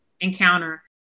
encounter